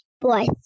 Boys